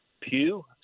pew